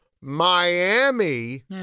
miami